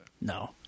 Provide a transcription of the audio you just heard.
No